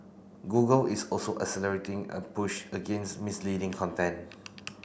Google is also accelerating a push against misleading content